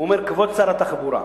הוא אומר: "כבוד שר התחבורה,